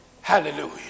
Hallelujah